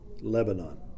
Lebanon